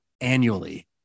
annually